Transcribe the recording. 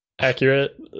Accurate